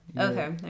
Okay